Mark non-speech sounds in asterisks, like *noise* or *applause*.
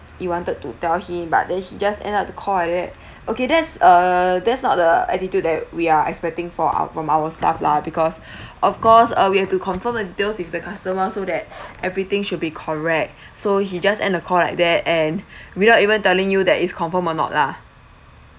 you wanted to tell him but then he just end up the call like that *breath* okay that's err that's not the attitude that we are expecting for our from our stuff lah because *breath* of course uh we have to confirm the details with the customer so that everything should be correct so he just end the call like that and without even telling you that is confirm or not lah